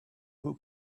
who